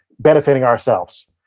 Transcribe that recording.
benefiting ourselves?